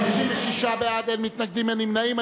56 בעד, אין מתנגדים, אין נמנעים.